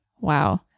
wow